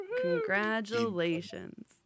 Congratulations